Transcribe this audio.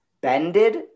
bended